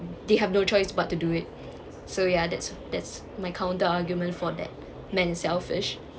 they have no choice but to do it so ya that's that's my counter argument for that men selfish